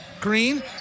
Green